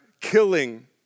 killing